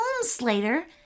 Slater